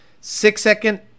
six-second